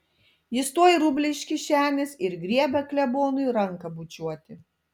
jis tuoj rublį iš kišenės ir griebia klebonui ranką bučiuoti